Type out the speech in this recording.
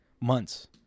months